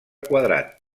quadrat